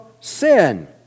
sin